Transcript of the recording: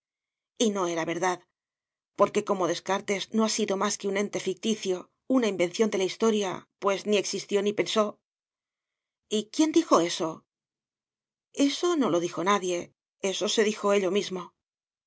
no era verdad porque como descartes no ha sido más que un ente ficticio una invención de la historia pues ni existió ni pensó y quién dijo eso eso no lo dijo nadie eso se dijo ello mismo